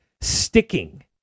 sticking